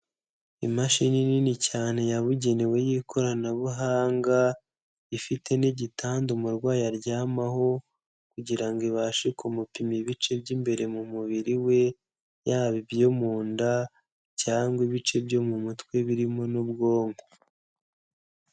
Imashini nini cyane yabugenewe y'ikoranabuhanga ifite n'igitanda umurwayi aryamaho kugira ngo ibashe kumupima ibice by'imbere mu mubiri we, yaba ibyo mu nda cyangwa ibice byo mu mutwe birimo n'ubwonko.